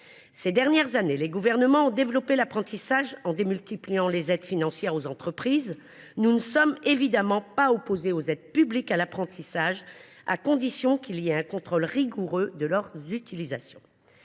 des dernières années, les gouvernements ont développé l’apprentissage en accumulant les aides financières aux entreprises. Nous ne sommes évidemment pas opposés aux aides publiques à l’apprentissage, à condition que l’utilisation de ces aides